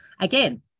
Again